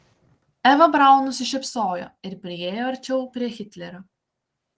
eva braun nusišypsojo ir priėjo arčiau prie hitlerio